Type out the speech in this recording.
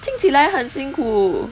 听起来很辛苦